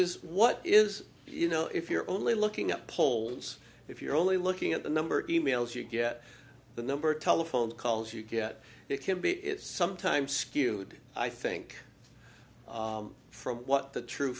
is what is you know if you're only looking up polls if you're only looking at the number of e mails you get the number telephone calls you get it can be it's sometimes skewed i think from what the true